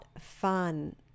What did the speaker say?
fun